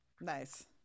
Nice